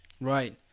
right